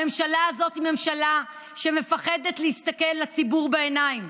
הממשלה הזאת היא ממשלה שמפחדת להסתכל לציבור בעיניים,